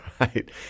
right